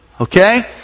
okay